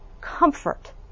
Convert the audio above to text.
comfort